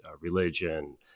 religion